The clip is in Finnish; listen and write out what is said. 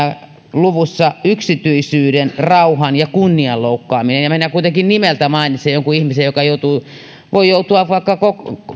luvussa yksityisyyden rauhan ja kunnian loukkaamisesta ja minä kuitenkin nimeltä mainitsen jonkun ihmisen joka voi joutua vaikka koko